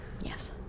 yes